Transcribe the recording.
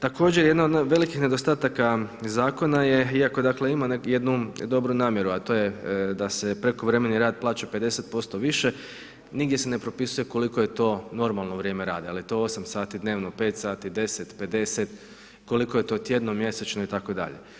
Također, jedna od velikih nedostataka zakona je, iako dakle, ima jednu dobru namjeru a to je da se prekovremeni rad plaća 50% više nigdje se ne propisuje koliko je to normalno vrijeme rada, jel je to 8 sati dnevno, 5 sati, 10, 50 koliko je to tjedno, mjesečno itd.